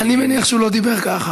אני מניח שהוא לא דיבר ככה,